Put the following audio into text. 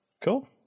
Cool